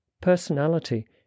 personality